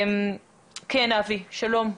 שלום.